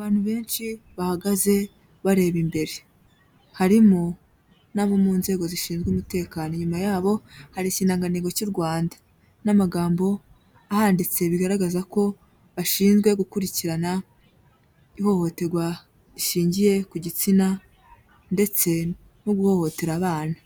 Abantu benshi bahagaze bareba imbere. Harimo n'abo mu nzego zishinzwe umutekano. Inyuma yabo hari ikirangantego cy'u Rwanda. N'amagambo ahanditse bigaragaza ko bashinzwe gukurikirana ihohoterwa rishingiye ku gitsina, ndetse no guhohotera abana.